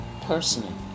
personally